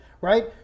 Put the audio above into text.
right